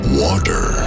water